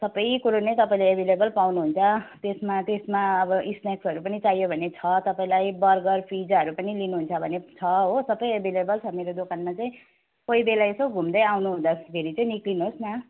सबै कुरो नै तपाईँले एभाइलेबल पाउनुहुन्छ त्यसमा त्यसमा अब स्नाक्सहरू पनि चाहियो भने छ तपाईँलाई बर्गर पिज्जाहरू पनि लिनुहुन्छ भने छ हो सबै एभाइलेबल छ मेरो दोकानमा चाहिँ कोही बेला यसो घुम्दै आउनु हुँदाखेरि चाहिँ निक्लिनुहोस् न